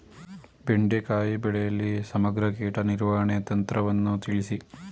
ಬೆಂಡೆಕಾಯಿ ಬೆಳೆಯಲ್ಲಿ ಸಮಗ್ರ ಕೀಟ ನಿರ್ವಹಣೆ ತಂತ್ರವನ್ನು ತಿಳಿಸಿ?